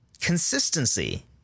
consistency